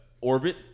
orbit